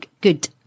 good